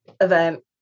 event